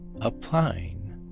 applying